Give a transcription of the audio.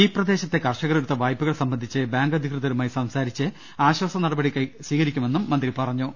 ഈ പ്രദേശത്തെ കർഷകർ എടുത്ത വായ്പകൾ സംബന്ധിച്ച് ബാങ്ക് അധികൃതരുമായി സംസാരിച്ച് ആശ്വാസ നടപടി ഗവൺമെന്റ് സ്വീകരിക്കുമെന്നും മന്ത്രി പറഞ്ഞു